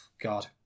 god